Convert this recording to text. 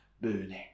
burning